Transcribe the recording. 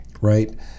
right